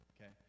okay